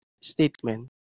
statement